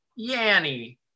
yanny